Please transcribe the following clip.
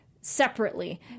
separately